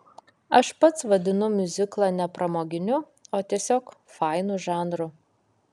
aš pats vadinu miuziklą ne pramoginiu o tiesiog fainu žanru